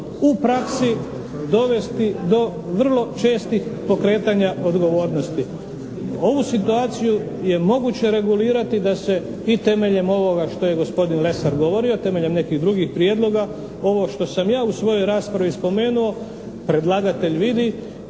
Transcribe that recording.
u praksi dovesti do vrlo čestih pokretanja odgovornosti. Ovu situaciju je moguće regulirati da se i temeljem ovoga što je gospodin Lesar govorio, temeljem nekih drugih prijedloga. Ovo što sam ja u svojoj raspravi spomenuo predlagatelj vidi